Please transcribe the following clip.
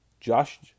Josh